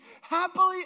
Happily